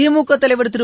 திமுக தலைவர் திரு